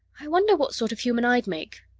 i wonder what sort of human i'd make?